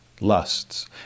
lusts